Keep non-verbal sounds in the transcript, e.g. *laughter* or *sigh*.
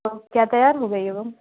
*unintelligible* क्या तैयार हो गई है वो